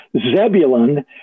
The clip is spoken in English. Zebulun